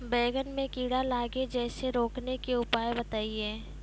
बैंगन मे कीड़ा लागि जैसे रोकने के उपाय बताइए?